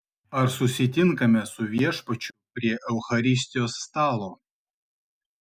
ar susitinkame su viešpačiu prie eucharistijos stalo